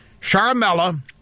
Sharmella